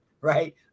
right